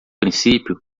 princípio